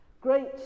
Great